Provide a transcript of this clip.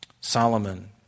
Solomon